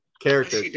Character